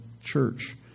church